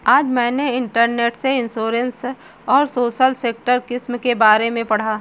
आज मैंने इंटरनेट से इंश्योरेंस और सोशल सेक्टर स्किम के बारे में पढ़ा